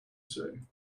say